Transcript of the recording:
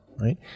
right